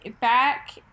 back